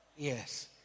Yes